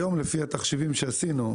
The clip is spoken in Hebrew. היום לפי התחשיבים שעשינו,